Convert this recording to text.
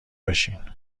باشین